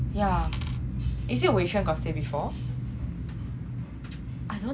yeah is it wei xuan got say before